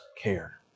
care